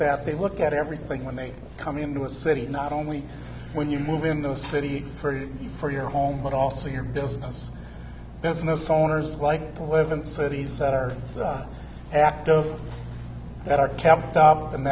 that they look at everything when they come into a city not only when you move in the city for your home but also your business business owners like to live in cities that are active that are kept up